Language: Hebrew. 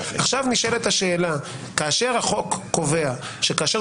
עכשיו נשאלת השאלה: כאשר החוק קובע שכאשר